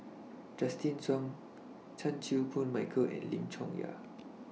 Justin Zhuang Chan Chew Koon Michael and Lim Chong Yah